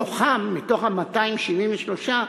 מתוך ה-273,